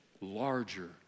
larger